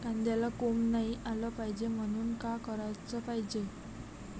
कांद्याला कोंब नाई आलं पायजे म्हनून का कराच पायजे?